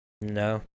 No